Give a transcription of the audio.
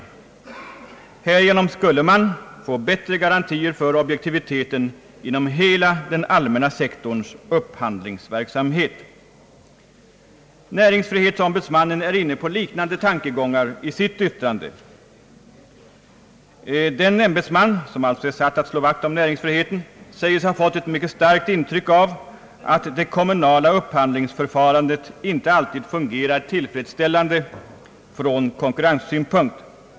Härigenom <skulle man enligt riksrevisionsverket få bätt re garantier för objektiviteten inom hela den allmänna sektorns upphandlingsverksamhet. Näringsfrihetsombudsmannen är inne på liknande tankegångar i sitt yttrande, Den ämbetsman som är satt att slå vakt om näringsfriheten säger sig ha fått ett mycket starkt intryck av att det kommunala upphandlingsförfarandet icke alltid fungerar tillfredsställande ur konkurrenssynpunkt.